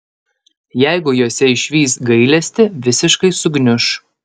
jeigu jose išvys gailestį visiškai sugniuš